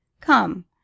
come